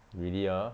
really ah